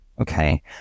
okay